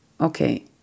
okay